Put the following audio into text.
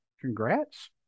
congrats